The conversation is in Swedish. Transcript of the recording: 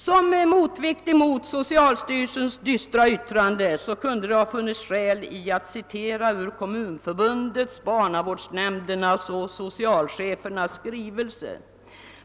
Som motvikt mot socialstyrelsens dystra yttrande kunde det ha funnits skäl att citera ur Kommunförbundets, barnavårdsnämndernas och socialchefernas skrivelser.